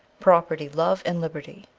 property, love, and liberty.